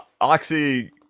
Oxy